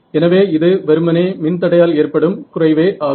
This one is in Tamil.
எனவே இது வெறுமனே மின்தடையால் ஏற்படும் குறைவே ஆகும்